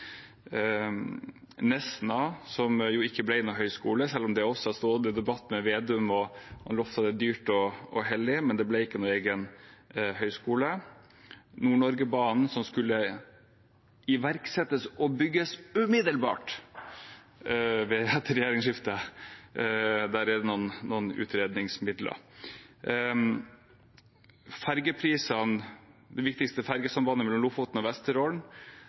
Nesna er et annet eksempel: Jeg har stått i debatt med Slagsvold Vedum om det også, hvor han har lovd dyrt og hellig, men det ble ikke noen egen høyskole der. Når det gjelder Nord-Norgebanen, som skulle iverksettes og bygges umiddelbart ved et regjeringsskifte, er det kommet noe utredningsmidler. På det viktigste ferjesambandet mellom Lofoten og Vesterålen